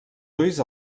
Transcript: ulls